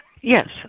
Yes